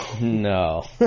No